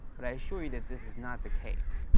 but, i assure you that this is not the case.